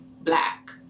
Black